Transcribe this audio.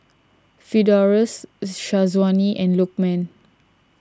Firdaus Syazwani and Lokman